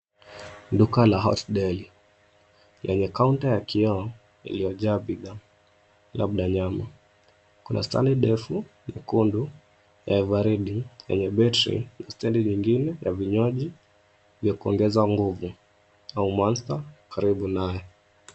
Duka la Hot Deli lenye kaunta ya kioo iliyojaa bidhaa labda nyama. Kuna stendi ndefu nyekundu ya Eveready yenye betri na stendi ingine ya vinywaji vya kuongeza nguvu au Monster karibu nayo.